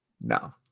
No